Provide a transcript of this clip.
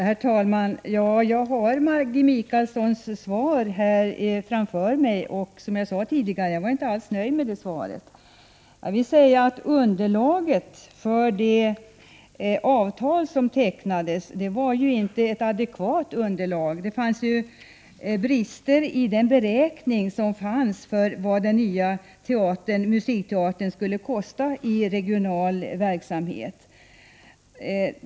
Herr talman! Jag har svaret till Maggi Mikaelsson framför mig. Som jag sade tidigare var jag inte alls nöjd med det svaret. Underlaget för det avtal som tecknades var inte adekvat. Det var brister i beräkningen av vad den nya musikteatern skulle kosta när det gäller den regionala verksamheten.